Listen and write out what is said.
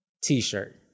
t-shirt